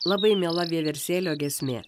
labai miela vieversėlio giesmė